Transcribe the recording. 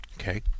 Okay